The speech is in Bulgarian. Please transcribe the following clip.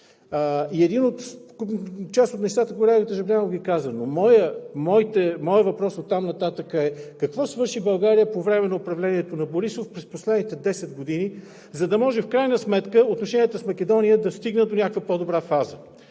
разговор. Част от нещата колегата Жаблянов ги каза, но моят въпрос оттам нататък е: какво свърши България по време на управлението на Борисов през последните 10 години, за да може в крайна сметка отношенията с Македония да стигнат някаква по-добра фаза?